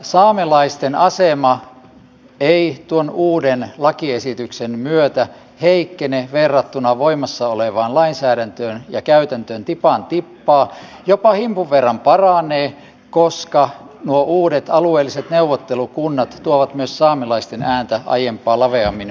saamelaisten asema ei tuon uuden lakiesityksen myötä heikkene verrattuna voimassa olevaan lainsäädäntöön ja käytäntöön tipan tippaa jopa himpun verran paranee koska nuo uudet alueelliset neuvottelukunnat tuovat myös saamelaisten ääntä aiempaa laveammin kuultavaksi